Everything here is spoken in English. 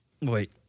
wait